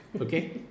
okay